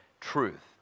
truth